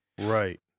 right